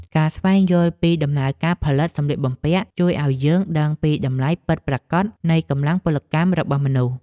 ការស្វែងយល់ពីដំណើរការផលិតសម្លៀកបំពាក់ ជួយឱ្យយើងដឹងពីតម្លៃពិតប្រាកដនៃកម្លាំងពលកម្មរបស់មនុស្ស។